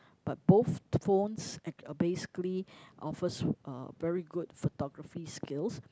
but both phones uh basically offers uh very good photography skills